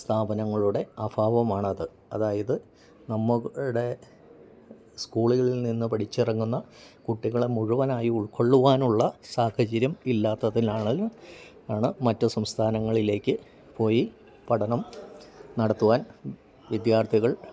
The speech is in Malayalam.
സ്ഥാപനങ്ങളുടെ അഭാവമാണത് അതായത് നമ്മുടെ സ്കൂളുകളിൽനിന്ന് പഠിച്ചിറങ്ങുന്ന കുട്ടികളെ മുഴുവനായി ഉൾക്കൊള്ളുവാനുള്ള സാഹചര്യം ഇല്ലാത്തതിനാണെലും ആണ് മറ്റു സംസ്ഥാനങ്ങളിലേക്ക് പോയി പഠനം നടത്തുവാൻ വിദ്യാർത്ഥികൾ